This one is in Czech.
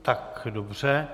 Tak dobře.